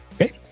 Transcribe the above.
Okay